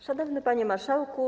Szanowny Panie Marszałku!